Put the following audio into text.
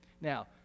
Now